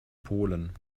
polen